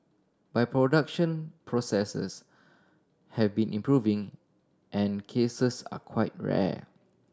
but production processes have been improving and cases are quite rare